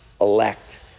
elect